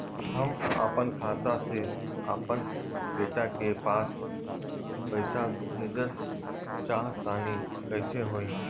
हम आपन खाता से आपन बेटा के पास पईसा भेजल चाह तानि कइसे होई?